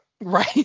Right